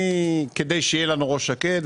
כדי שיהיה לנו ראש שקט,